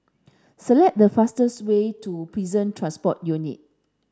select the fastest way to Prison Transport Unit